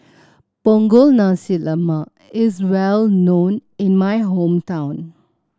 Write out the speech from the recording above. Punggol Nasi Lemak is well known in my hometown